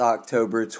October